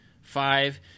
Five